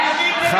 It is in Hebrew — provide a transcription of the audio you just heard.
בושה, בושה.